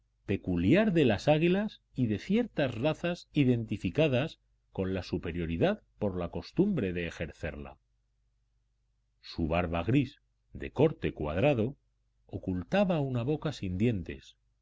peculiar de las águilas y de ciertas razas identificadas con la superioridad por la costumbre de ejercerla su barba gris de corte cuadrado ocultaba una boca sin dientes